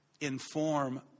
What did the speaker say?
inform